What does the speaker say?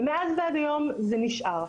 ומאז ועד היום זה נשאר.